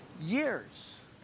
years